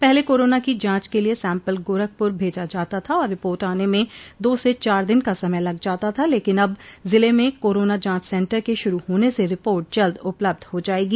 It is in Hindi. पहले कोरोना की जाँच के लिए सैंपल गोरखपुर भेजा जाता था और रिपोट आन में दो से चार दिन का समय लग जाता था लेकिन अब जिले में कोरोना जाँच सेन्टर के शुरू होने से रिपोर्ट जल्द उपलब्ध हो जायेगी